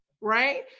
right